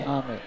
Amen